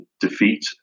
defeat